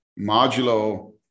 modulo